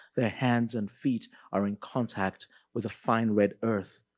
their hands and feet are in contact with the fine red earth.